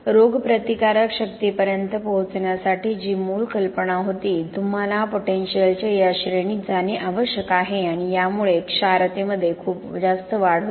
रोगप्रतिकारक शक्तीपर्यंत पोहोचण्यासाठी जी मूळ कल्पना होती तुम्हाला पोटेनिशियलच्या या श्रेणीत जाणे आवश्यक आहे आणि यामुळे क्षारतेमध्ये खूप जास्त वाढ होते